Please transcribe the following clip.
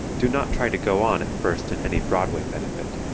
do not try to go on at first in any broadway benefit.